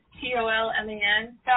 T-O-L-M-A-N